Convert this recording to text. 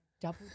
double